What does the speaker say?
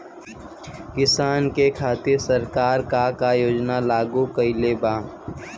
किसानन के खातिर सरकार का का योजना लागू कईले बा?